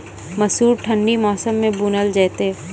मसूर ठंडी मौसम मे बूनल जेतै?